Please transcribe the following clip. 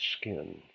skin